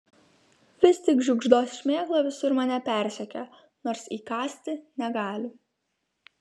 vis tik žiugždos šmėkla visur mane persekioja nors įkąsti negali